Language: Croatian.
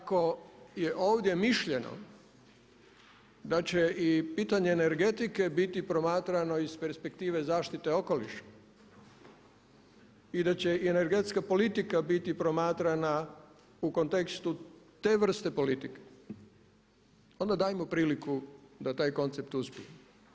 Ali ako je ovdje mišljeno da će i pitanje energetike biti promatrano iz perspektive zaštite okoliša i da će energetska politika biti promatrana u kontekstu te vrste politike onda dajmo priliku da taj koncept uspije.